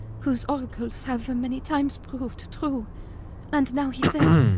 whose oracles have many times proved true and now he says,